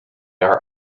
are